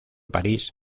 parís